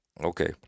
Okay